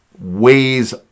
ways